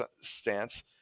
stance